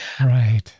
Right